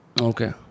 Okay